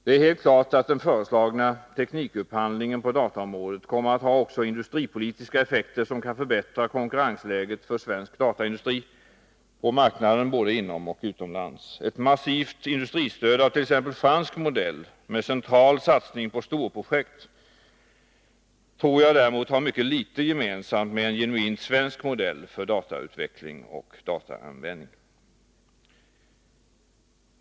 Det är helt klart att den föreslagna teknikupphandlingen på dataområdet kommer att ha också industripolitiska effekter, som kan förbättra konkurrensläget för svensk dataindustri på marknaden både inomoch utomlands. Ett massivt industristöd av t.ex. fransk modell med central satsning på storprojekt tror jag däremot har mycket litet gemensamt med en genuint svensk modell för datautveckling och dataanvändning.